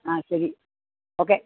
ആ ശരി ഓക്കേ